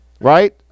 Right